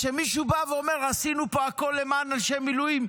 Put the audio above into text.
אז כשמישהו בא ואומר: עשינו פה הכול למען אנשי המילואים,